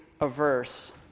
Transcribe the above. averse